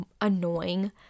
annoying